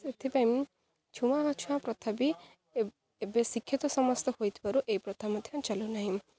ସେଥିପାଇଁ ଛୁଆଁ ଅଛୁଆଁ ପ୍ରଥା ବି ଏବେ ଶିକ୍ଷିତ ସମସ୍ତେ ହୋଇଥିବାରୁ ଏଇ ପ୍ରଥା ମଧ୍ୟ ଚାଲୁନାହିଁ